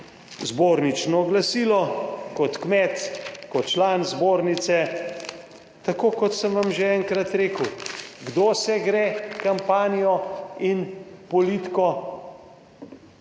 zbornično glasilo kot kmet, kot član zbornice. Tako kot sem vam že enkrat rekel, kdo se gre kampanjo / pokaže